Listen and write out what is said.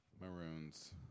Maroons